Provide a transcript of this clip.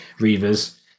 Reavers